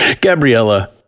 Gabriella